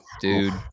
Dude